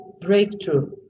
Breakthrough